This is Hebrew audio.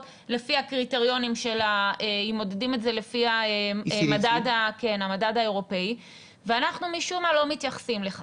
לפי הקריטריונים של מדד האירופאי ואנחנו משום מה לא מתייחסים לכך.